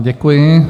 Děkuji.